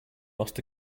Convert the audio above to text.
must